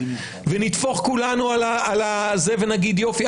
ונתפח כולנו ונגיד יופי.